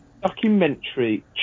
documentary